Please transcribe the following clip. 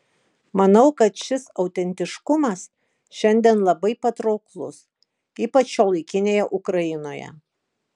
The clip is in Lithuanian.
manau kad šis autentiškumas šiandien labai patrauklus ypač šiuolaikinėje ukrainoje